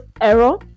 error